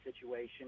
situation